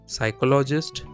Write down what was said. Psychologist